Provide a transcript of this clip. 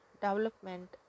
Development